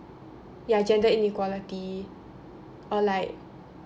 ya gender inequality or like